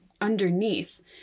underneath